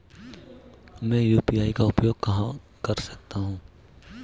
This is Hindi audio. मैं यू.पी.आई का उपयोग कहां कर सकता हूं?